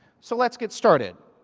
so let's get started.